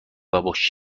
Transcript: ﺧﻮﺭﺩﯾﻢ